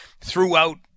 throughout